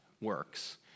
works